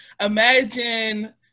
Imagine